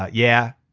yeah.